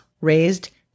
Raised